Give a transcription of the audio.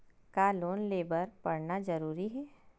का लोन ले बर पढ़ना जरूरी हे का?